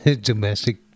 Domestic